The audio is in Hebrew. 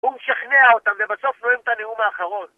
הוא משכנע אותם, ובסוף נואם את הנאום האחרון.